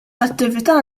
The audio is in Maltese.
attività